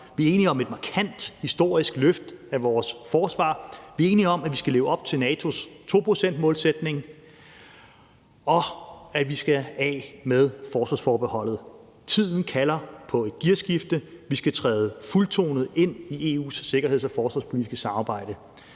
Vi er enige om et markant historisk løft af vores forsvar. Vi er enige om, at vi skal leve op til NATO's 2-procentsmålsætning, og at vi skal af med forsvarsforbeholdet. Tiden kalder på et gearskifte. Vi skal træde fuldtonet ind i EU's sikkerheds- og forsvarspolitiske samarbejde.